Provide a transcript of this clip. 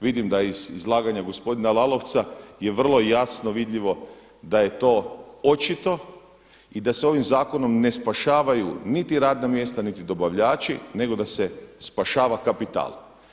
Vidim da iz izlaganja gospodina Lalovca je vrlo jasno vidljivo da je to očito i da se ovim zakonom ne spašavaju niti radna mjesta, niti dobavljači, nego da se spašava kapital.